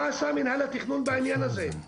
מה עשה מינהל התכנון בעניין הזה?